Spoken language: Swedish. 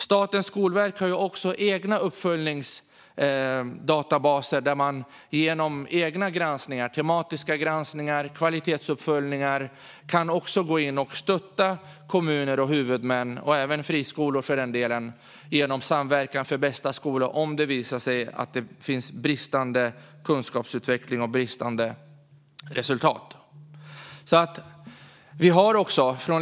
Statens skolverk har också uppföljningsdatabaser där man genom egna granskningar, tematiska granskningar, kvalitetsuppföljningar, kan gå in och stötta kommuner och huvudmän, även friskolor, genom Samverkan för bästa skola, om det visar sig att det råder bristande kunskapsutveckling och bristande resultat.